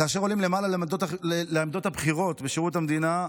כאשר עולים למעלה לעמדות הבכירות בשירות המדינה,